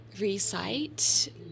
recite